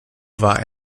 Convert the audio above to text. war